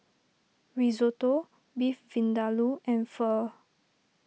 Risotto Beef Vindaloo and Pho